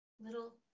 little